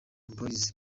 boys